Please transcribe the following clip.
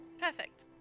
Perfect